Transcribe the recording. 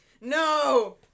No